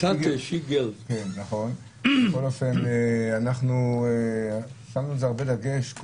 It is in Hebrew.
שמנו על זה הרבה דגש,